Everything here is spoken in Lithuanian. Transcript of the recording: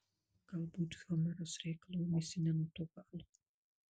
galbūt homeras reikalo ėmėsi ne nuo to galo